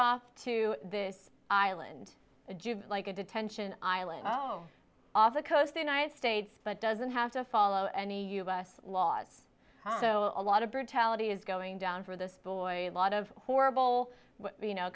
off to this island like a detention island i know off the coast and i stayed but doesn't have to follow any u s laws so a lot of brutality is going down for this boy a lot of horrible you know